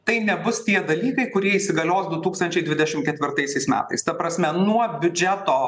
tai nebus tie dalykai kurie įsigalios du tūkstančiai dvidešim ketvirtaisiais metais ta prasme nuo biudžeto